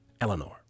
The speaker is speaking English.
eleanor